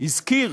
הזכיר